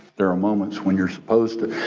there are moments when you're supposed to.